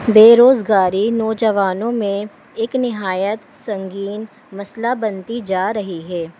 بے روزگاری نوجوانوں میں ایک نہایت سنگین مسئلہ بنتی جا رہی ہے